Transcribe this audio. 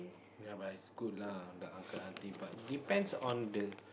ya but it's good lah the uncle auntie but depends on the